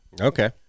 okay